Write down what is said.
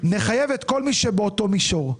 נחייב את כל מי שבאותו מישור.